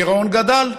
הגירעון גדל.